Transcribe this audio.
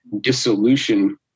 dissolution